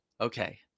Okay